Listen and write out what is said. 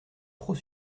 trop